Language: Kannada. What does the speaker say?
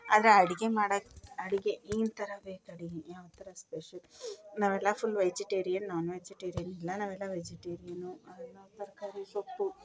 ಆದರೆ ಅಡುಗೆ ಮಾಡೋಕೆ ಅಡುಗೆ ಈ ಥರ ಬೇಕು ಅಡುಗೆ ಯಾವ ಥರ ಸ್ಪೆಷಲ್ ನಾವೆಲ್ಲ ಫುಲ್ ವೆಜಿಟೇರಿಯನ್ ನಾನ್ ವೆಜಿಟೇರಿಯನ್ ನಾವೆಲ್ಲ ವೆಜಿಟೇರಿಯನ್ನು ಅನ್ನ ತರಕಾರಿ ಸೊಪ್ಪು